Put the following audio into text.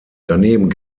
daneben